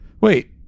Wait